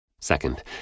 Second